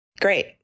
Great